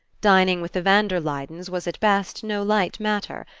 dining with the van der luydens was at best no light matter,